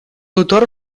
autor